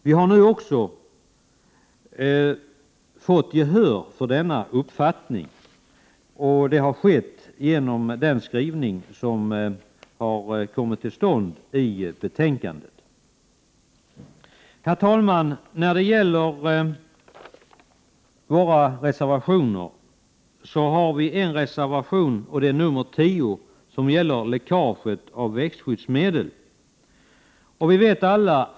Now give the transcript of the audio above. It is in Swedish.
Vi har nu fått gehör för denna uppfattning genom skrivningen i betänkandet. Herr talman! Vi moderater har fogat reservation 10 om läckaget av växtskyddsmedel till betänkandet.